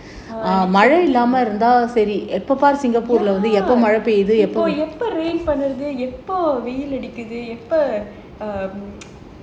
எப்போ மழை பெய்யறது எப்போ வெயில் அடிக்கிறது எப்போ:eppo malai peiyarathu eppo veyil adikirathu eppo